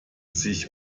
sich